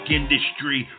industry